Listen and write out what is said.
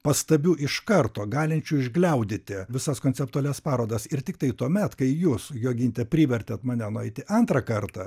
pastabiu iš karto galinčiu išgliaudyti visas konceptualias parodas ir tiktai tuomet kai jūs joginte privertėt mane nueiti antrą kartą